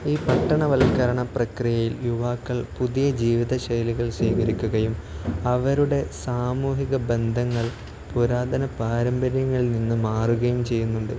ഈ പട്ടണവൽക്കരണ പ്രക്രിയയിൽ യുവാക്കൾ പുതിയ ജീവിതശൈലികൾ സ്വീകരിക്കുകയും അവരുടെ സാമൂഹിക ബന്ധങ്ങൾ പുരാതന പാരമ്പര്യങ്ങളിൽ നിന്ന് മാറുകയും ചെയ്യുന്നുണ്ട്